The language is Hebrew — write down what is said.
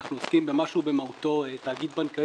ואנחנו עוסקים במה שהוא במהותו תאגיד בנקאי,